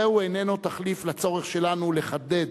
זה איננו תחליף לצורך שלנו לחדד,